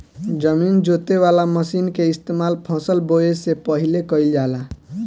जमीन जोते वाला मशीन के इस्तेमाल फसल बोवे से पहिले कइल जाला